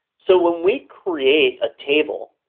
so when we create a table,